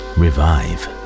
revive